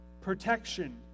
protection